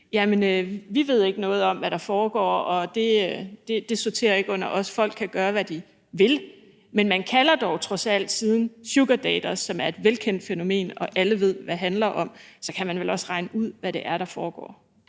man ikke ved noget om, hvad der foregår, at det ikke sorterer under dem, og at folk kan gøre, hvad de vil? Man kalder dog trods alt siden sugardaters.dk, som er et velkendt fænomen, og som alle ved hvad handler om. Så kan man vel også regne ud, hvad det er, der foregår.